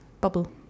Bubble